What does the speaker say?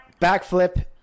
backflip